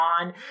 on